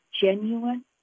genuine